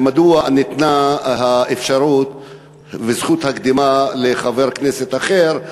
ומדוע ניתנה האפשרות וזכות הקדימה לחבר כנסת אחר,